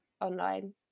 online